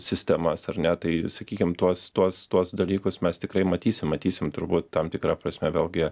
sistemas ar ne tai sakykim tuos tuos tuos dalykus mes tikrai matysim matysim turbūt tam tikra prasme vėlgi